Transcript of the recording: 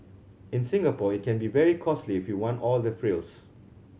in Singapore it can be very costly if you want all the frills